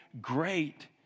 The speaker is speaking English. great